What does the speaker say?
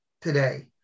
today